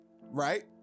right